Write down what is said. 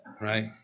right